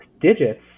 digits